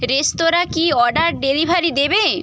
রেস্তোরাঁ কি order delivery দেবে